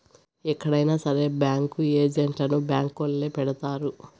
ఎక్కడైనా సరే బ్యాంకు ఏజెంట్లను బ్యాంకొల్లే పెడతారు